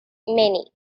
many